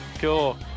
Cool